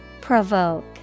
Provoke